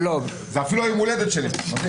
זה סוף הכהונה.